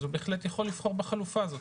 אז הוא בהחלט יכול לבחור בחלופה הזאת.